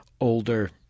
older